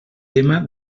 tema